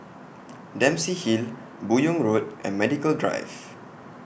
Dempsey Hill Buyong Road and Medical Drive